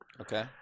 okay